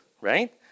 right